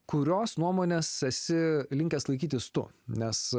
kurios nuomonės esi linkęs laikytis tų nes